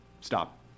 stop